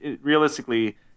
realistically